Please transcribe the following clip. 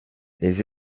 les